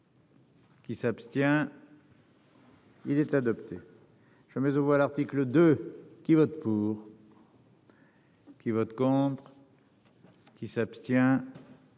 Qui s'abstient. Il est adopté, jamais on voit l'article 2 qui vote pour. Qui vote contre qui s'abstient,